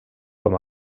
com